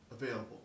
available